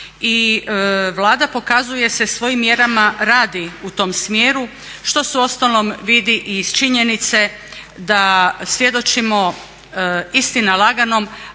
I Vlada pokazuje se svojim mjerama radi u tom smjeru što se uostalom vidi i iz činjenice da svjedočimo istina laganom